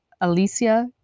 Alicia